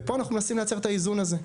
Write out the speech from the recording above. ופה אנחנו מנסים לייצר את האיזון הזה,